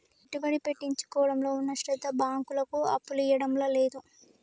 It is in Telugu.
పెట్టుబడి పెట్టించుకోవడంలో ఉన్న శ్రద్ద బాంకులకు అప్పులియ్యడంల లేదు